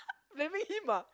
that mean him ah